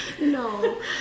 no